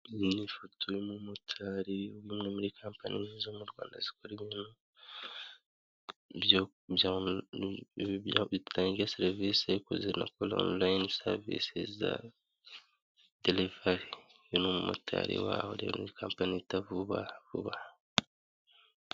Iyi ni ifoto y'umumotari w'umwe muri kampani nyinshi zo mu Rwanda, zikora ibintu bitanga serivisi, yo kuzana ikorera kuri murandasi, zo kuri onorayini serivisi za derivari, uyu ni umumotari wayo muri kampani yitwa vuba vuba.